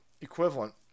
equivalent